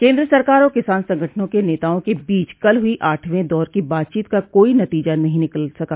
केन्द्र सरकार और किसान संगठनों के नेताओं के बीच कल हुई आठवें दौर की बातचीत का कोई नतीजा नहीं निकल सका